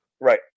Right